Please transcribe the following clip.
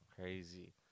Crazy